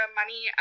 money